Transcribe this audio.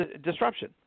disruption